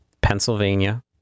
Pennsylvania